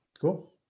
Cool